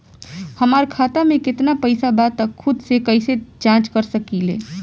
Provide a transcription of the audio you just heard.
हमार खाता में केतना पइसा बा त खुद से कइसे जाँच कर सकी ले?